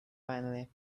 finally